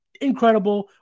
Incredible